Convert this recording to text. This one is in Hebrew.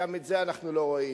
גם את זה אנחנו לא רואים.